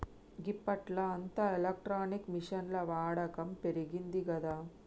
గిప్పట్ల అంతా ఎలక్ట్రానిక్ మిషిన్ల వాడకం పెరిగిందిగదా